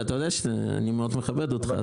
אתה יודע שאני מאוד מכבד אותך.